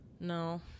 No